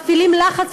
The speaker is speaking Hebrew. מפעילים לחץ,